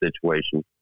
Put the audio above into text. situation